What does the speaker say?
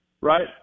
right